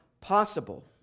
possible